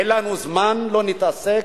אין לנו זמן ולא נתעסק